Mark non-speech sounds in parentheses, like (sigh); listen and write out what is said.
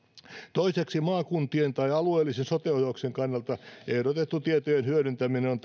toiseksi maakuntien tai alueellisen sote ohjauksen kannalta ehdotettu tietojen hyödyntäminen on (unintelligible)